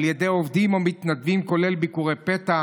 על ידי עובדים או מתנדבים, כולל ביקורי פתע,